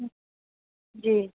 جی